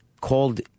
called